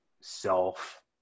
self